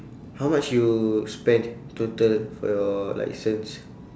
how much you spend total for your licence